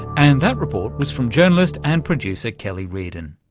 and that report was from journalist and producer kellie riordan.